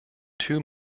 two